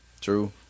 True